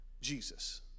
Jesus